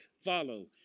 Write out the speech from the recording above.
follow